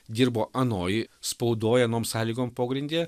dirbo anoj spaudoj anom sąlygom pogrindyje